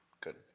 Good